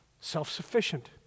self-sufficient